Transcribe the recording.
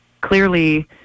clearly